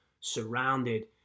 surrounded